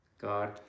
God